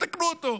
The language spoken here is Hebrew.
תתקנו אותו.